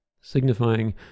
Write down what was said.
signifying